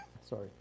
sorry